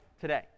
today